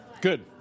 Good